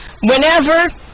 Whenever